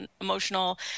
emotional